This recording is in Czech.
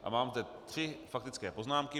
A mám teď tři faktické poznámky.